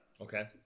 Okay